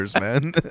man